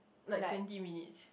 like twenty minutes